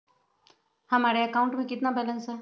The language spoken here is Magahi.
हमारे अकाउंट में कितना बैलेंस है?